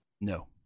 No